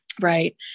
Right